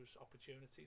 opportunities